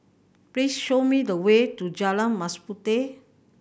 please show me the way to Jalan Mas Puteh